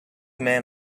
men